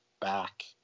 back